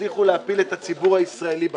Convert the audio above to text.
הצליחו להפיל את הציבור הישראלי בפח.